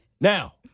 Now